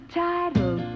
title